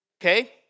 Okay